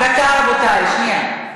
דקה, רבותי, שנייה.